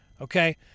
okay